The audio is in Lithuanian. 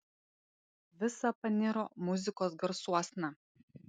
visa paniro muzikos garsuosna